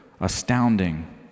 astounding